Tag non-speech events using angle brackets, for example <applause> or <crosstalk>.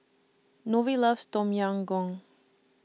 <unintelligible> loves Tom Yam Goong